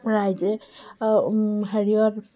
ৰাইজে হেৰিয়ত